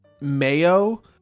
mayo